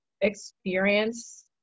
experience